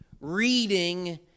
reading